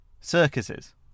circuses